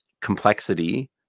complexity